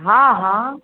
हँ हँ